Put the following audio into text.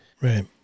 right